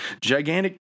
gigantic